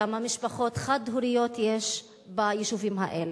כמה משפחות חד-הוריות יש ביישובים האלה.